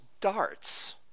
darts